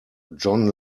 john